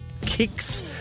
kicks